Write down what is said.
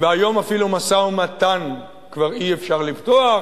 והיום אפילו משא-ומתן כבר אי-אפשר לפתוח,